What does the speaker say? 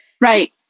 Right